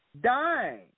dying